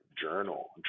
journal